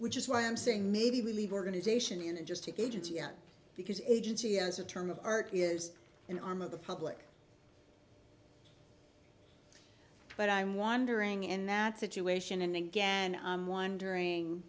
which is why i'm saying maybe we need organization in it just to gauge it yet because agency as a term of art is an arm of the public but i'm wondering in that situation and again i'm wondering